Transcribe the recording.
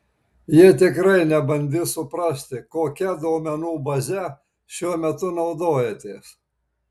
jie tikrai nebandys suprasti kokia duomenų baze šiuo metu naudojatės